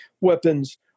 weapons